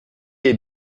est